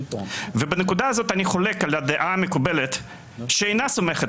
ובנקודה הזאת אני חולק על הדעה המקובלת שאינה סומכת